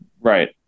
Right